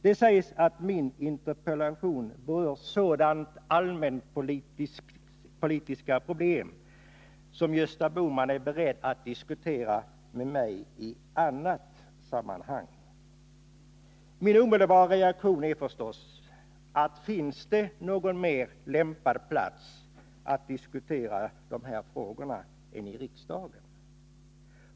Det sägs att min interpellation berör sådana allmänt bostadspolitiska problem som Gösta Bohman är beredd att diskutera med mig i annat sammanhang. Min omedelbara reaktion är förstås om det finns någon mer lämpad plats att diskutera de här frågorna på än i riksdagen.